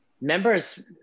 Members